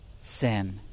Sin